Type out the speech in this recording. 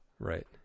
Right